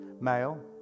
male